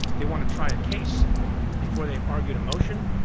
they want to try a case before they've argued a motion.